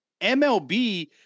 MLB